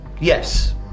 Yes